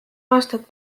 aastat